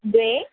द्वे